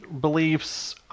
beliefs